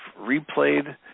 replayed